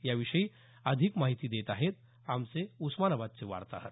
याविषयी अधिक माहिती देत आहेत आमचे उस्मानाबादचे वार्ताहर